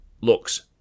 looks